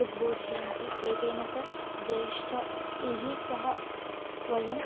उद्बोधयन्ति एतेन च ज्येष्ठाः यैः सह वयम्